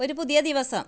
ഒരു പുതിയ ദിവസം